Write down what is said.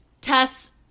Tess